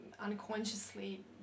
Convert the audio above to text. unconsciously